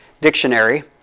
Dictionary